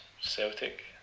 Celtic